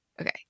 Okay